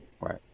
Right